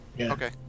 Okay